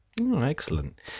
Excellent